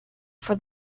for